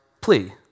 plea